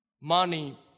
Money